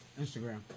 Instagram